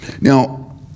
Now